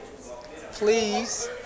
Please